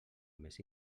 més